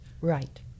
right